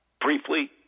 briefly